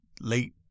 late